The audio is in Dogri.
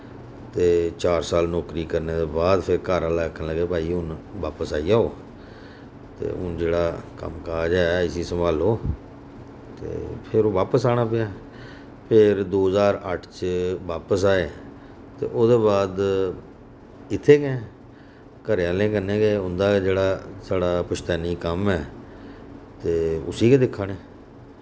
ते चार साल नौकरी करने दे बाद फिर घर आह्ले आखन लगे भाई हुन बापस आई जाओ ते हुन जेह्ड़ा कम्म काज है इसी सम्हालो ते फिर वापस आना पेआ फिर दो ज्हार अट्ठ च वापस आए ते ओह्दे बाद इत्थै गै घरे आह्लें कन्नै गै उंदा गै जेह्ड़ा साढ़ा पुश्तैनी कम्म ऐ ते उसी गै दिक्खा ने